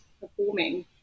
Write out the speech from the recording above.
performing